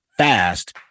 fast